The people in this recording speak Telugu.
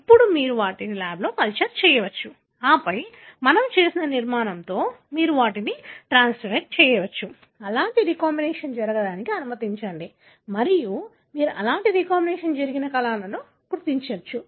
ఇప్పుడు మీరు వాటిని ల్యాబ్లో కల్చర్ చేయవచ్చు ఆపై మేము చర్చించిన నిర్మాణంతో మీరు వాటిని ట్రాన్స్ఫెక్ట్ చేయవచ్చు అలాంటి రీ కాంబినేషన్ జరగడానికి అనుమతించండి మరియు మీరు అలాంటి రీకంబినేషన్ జరిగిన కణాలను గుర్తించవచ్చు